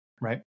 right